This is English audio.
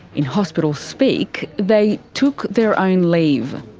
in hospital speak, they took their own leave.